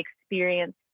experience